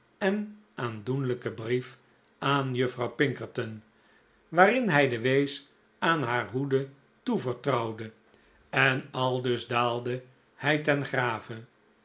en aandoenlijken brief aan juffrouw pinkerton waarin hij de wees aan haar hoede toevertrouwde en aldus daalde hij ten grave